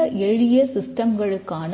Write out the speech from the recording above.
மிக எளிய சிஸ்டம்களுக்கான